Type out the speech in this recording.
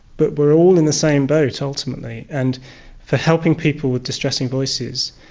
but we are all in the same boat ultimately. and for helping people with distressing voices,